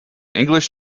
english